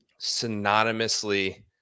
synonymously